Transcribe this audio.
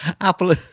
Apple